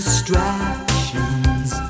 Distractions